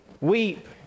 weep